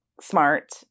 Smart